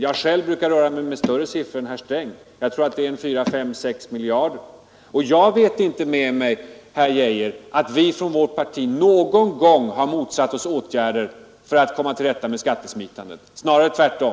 Själv brukar jag därvidlag röra mig med större siffror än herr Sträng. Jag tror att det rör sig om 4—6 miljarder. Jag vet inte med mig, herr Geije att vi från vårt parti någon gång motsatt oss åtgärder för att komma till rätta med skattesmitandet. Snarare tvärtom!